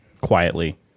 quietly